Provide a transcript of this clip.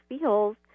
feels